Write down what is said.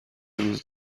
روز